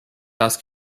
das